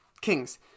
Kings